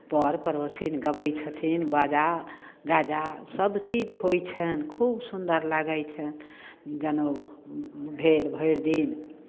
पर पड़ोसिन गबै छथिन बाजा गाजा सभ चीज होइ छनि खूब सुन्दर लागै छनि जनेउ भेल भरि दिन